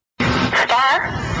star